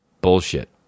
Bullshit